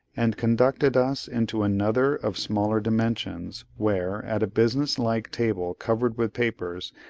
and conducted us into another of smaller dimensions, where, at a business-like table covered with papers,